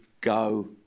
go